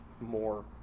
more